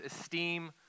esteem